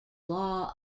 law